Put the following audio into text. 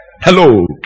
hello